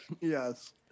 Yes